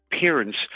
parents